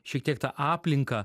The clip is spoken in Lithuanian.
šiek tiek tą aplinką